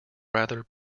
rather